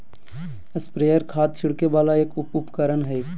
sprayer खाद छिड़के वाला एक उपकरण हय